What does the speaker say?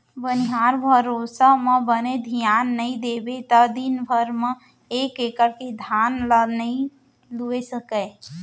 बनिहार भरोसा म बने धियान नइ देबे त दिन भर म एक एकड़ के धान ल नइ लूए सकें